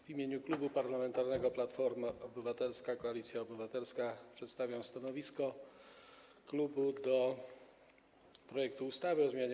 W imieniu Klubu Parlamentarnego Platforma Obywatelska - Koalicja Obywatelska przedstawiam stanowisko klubu wobec projektu ustawy o zmianie